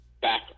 back